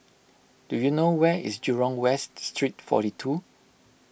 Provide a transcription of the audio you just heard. do you know where is Jurong West Street forty two